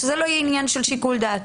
שזה לא יהיה עניין של שיקול דעת,